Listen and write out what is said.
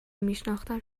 میشناختم